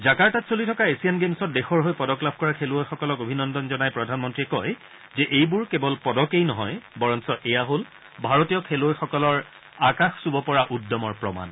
জাকাৰ্টাত চলি থকা এছিয়ান গেমছত দেশৰ হৈ পদক লাভ কৰা খেলুৱৈসকলক অভিনন্দন জনাই প্ৰধানমন্ৰীয়ে কয় যে এইবোৰ কেৱল পদকেই নহয় বৰঞ্চ এয়া হ'ল ভাৰতীয় খেলুৱৈসকলৰ আকাশ চুব পৰা উদ্যমৰ প্ৰমাণ